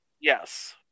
Yes